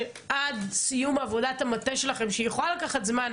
שעד סיום עבודת המטה שלכם שהיא יכולה לקחת זמן,